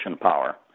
power